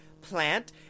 plant